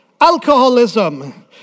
alcoholism